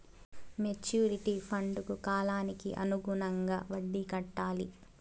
maturity ఫండ్కు కాలానికి అనుగుణంగా వడ్డీ కట్టాలి